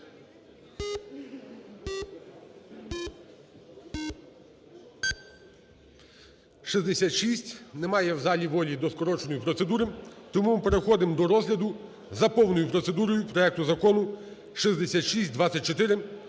За-66 Немає в залі волі до скороченої процедури. Тому ми переходимо до розгляду за повною процедурою проекту Закону 6624